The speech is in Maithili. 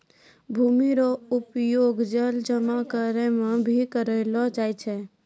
भूमि रो उपयोग जल जमा करै मे भी करलो जाय छै